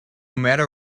matter